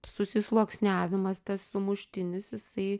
susisluoksniavimas tas sumuštinis jisai